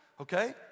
Okay